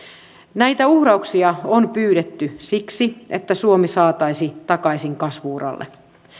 näitä uhrauksia on pyydetty siksi että suomi saataisiin takaisin kasvu uralle